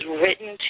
written